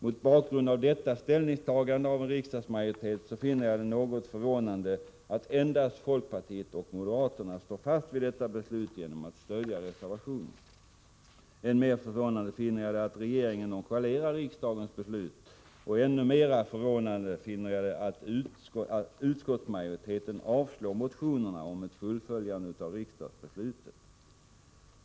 Mot bakgrund av detta ställningstagande av en riksdagsmajoritet finner jag det något förvånande att endast folkpartiet och moderaterna står fast vid detta beslut genom att stödja reservationen. Än mer förvånande finner jag det att regeringen nonchalerar riksdagens beslut, och ännu mera förvånande finner jag det att utskottsmajoriteten avslår motionerna om ett fullföljande av riksdagsbeslutet.